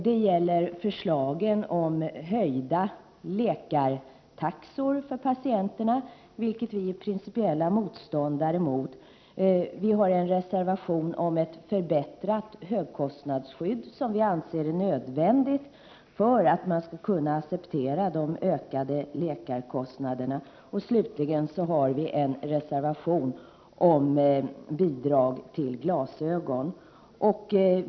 Det gäller förslaget om höjda läkartaxor för patienterna, vilket vi är principiella motståndare till. Vi har en reservation om ett förbättrat högkostnadsskydd, som vi anser är nödvändigt för att man skall kunna acceptera de ökade läkarkostnaderna. Vi har slutligen en reservation om bidrag till glasögon.